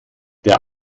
der